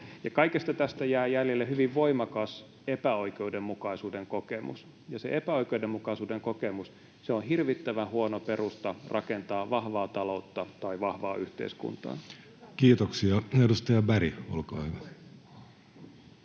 Kaikesta tästä jää jäljelle hyvin voimakas epäoikeudenmukaisuuden kokemus, ja se epäoikeudenmukaisuuden kokemus on hirvittävän huono perusta rakentaa vahvaa taloutta tai vahvaa yhteiskuntaa. [Speech 31] Speaker: Jussi